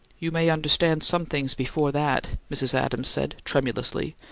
you may understand some things before that, mrs. adams said, tremulously.